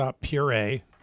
puree